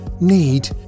need